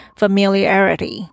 familiarity